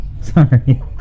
sorry